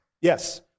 Yes